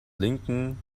lincoln